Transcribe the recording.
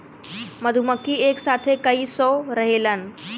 मधुमक्खी एक साथे कई सौ रहेलन